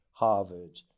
Harvard